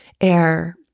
air